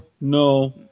no